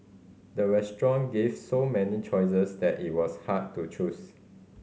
the restaurant gave so many choices that it was hard to choose